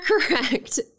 correct